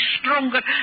stronger